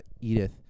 Edith